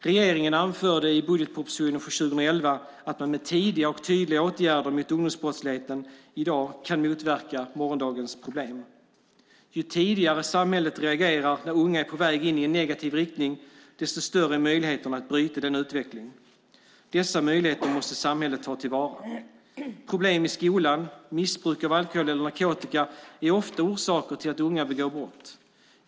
Regeringen anförde i budgetpropositionen för 2011 att man med tidiga och tydliga åtgärder mot ungdomsbrottsligheten i dag kan motverka morgondagens problem. Ju tidigare samhället reagerar när unga är på väg i en negativ riktning, desto större är möjligheterna att bryta denna utveckling. Dessa möjligheter måste samhället ta till vara. Problem i skolan, missbruk av alkohol eller narkotika är ofta orsaker till att unga begår brott.